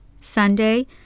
Sunday